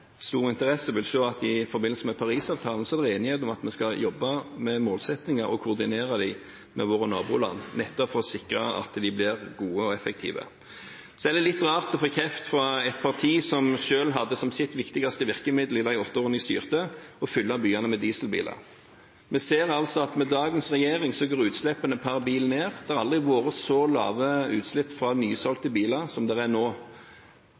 stor interesse, vil se at i forbindelse med Paris-avtalen er det enighet om at vi skal jobbe med målsettinger og koordinere dem med våre naboland, nettopp for å sikre at de blir gode og effektive. Så er det litt rart å få kjeft fra et parti som selv hadde som sitt viktigste virkemiddel i de åtte årene de styrte, å fylle byene med diesel-biler. Vi ser at med dagens regjering går utslippene per bil ned. Det har aldri vært så lave utslipp fra nysolgte biler som det er nå,